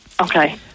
Okay